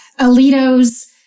Alito's